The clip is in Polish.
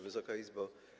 Wysoka Izbo!